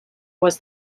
was